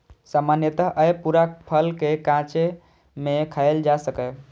सामान्यतः अय पूरा फल कें कांचे मे खायल जा सकैए